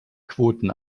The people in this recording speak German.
quoten